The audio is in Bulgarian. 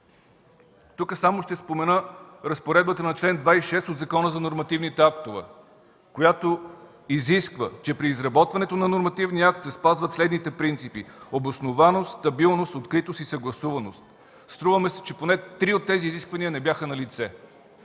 Тук само ще спомена разпоредбата на чл. 26 от Закона за нормативните актове, която изисква, че при изработването на нормативния акт се спазват следните принципи: обоснованост, стабилност, откритост и съгласуваност. Струва ми се, че поне три от тези изисквания не бяха налице.